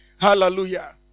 Hallelujah